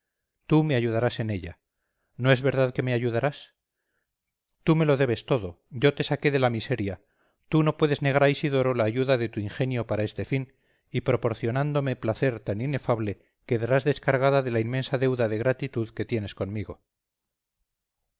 tú me ayudarás en ella no es verdad que me ayudarás tú me lo debes todo yo te saqué de la miseria tú no puedes negar a isidoro la ayuda de tu ingenio para este fin y proporcionándome placer tan inefable quedarás descargada de la inmensa deuda de gratitud que tienes conmigo